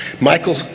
Michael